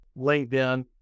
LinkedIn